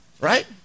right